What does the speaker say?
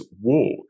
walk